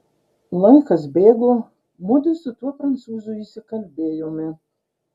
laikas bėgo mudu su tuo prancūzu įsikalbėjome